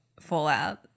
Fallout